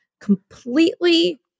Completely